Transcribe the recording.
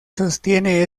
sostiene